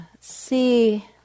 see